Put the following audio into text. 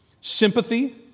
Sympathy